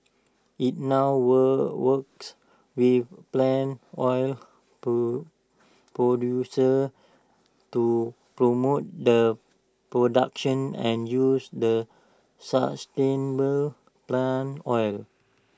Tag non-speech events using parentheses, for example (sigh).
IT now work works with palm oil (unintelligible) producers to promote the production and use the sustainable palm oil